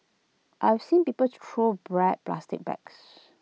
I've seen people throw bread plastic bags